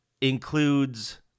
includes